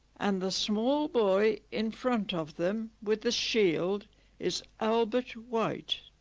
and the small boy in front of them with the shield is albert white